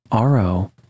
ro